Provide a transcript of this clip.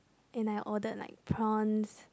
and I ordered like prawn